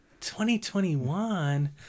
2021